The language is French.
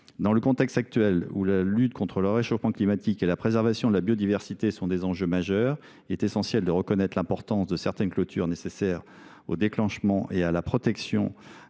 Dans le contexte actuel, où la lutte contre le réchauffement climatique et la préservation de la biodiversité sont des enjeux majeurs, il est essentiel de reconnaître l’importance de certaines « clôtures nécessaires au déclenchement et à la protection